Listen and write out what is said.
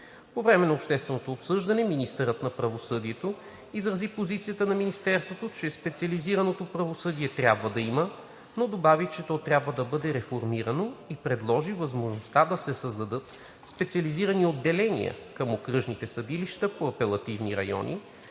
По време на общественото обсъждане министърът на правосъдието изрази позицията на Министерството, че специализирано правосъдие трябва да има, но добави, че то трябва да бъде реформирано и предложи възможността да се създадат специализирани отделения към окръжните съдилища по апелативни райони,